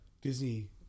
Disney